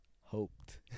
hoped